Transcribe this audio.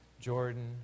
Jordan